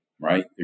right